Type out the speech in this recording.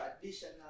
Traditional